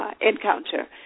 encounter